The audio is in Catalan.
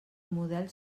model